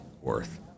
worth